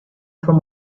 from